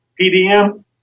PDM